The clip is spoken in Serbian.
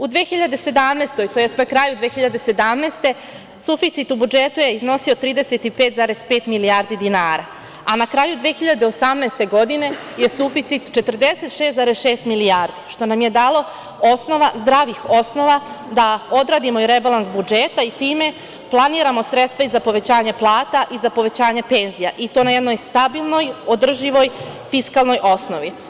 U 2017. tj. na kraju 2017. godine suficit u budžetu je iznosio 35,5 milijardi dinara, a na kraju 2018. godine je suficit 46,6 milijardi, što nam je dalo zdravih osnova da odradimo i rebalans budžeta i time planiramo i sredstva za povećanje plata i za povećanje penzija i to na jednoj stabilnoj, održivoj fiskalnoj osnovi.